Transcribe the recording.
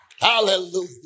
Hallelujah